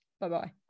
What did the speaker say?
Bye-bye